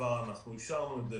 בעבר אישרנו את זה,